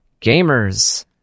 gamers